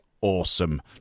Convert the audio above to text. awesome